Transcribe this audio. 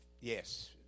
yes